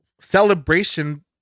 celebration